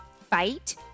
fight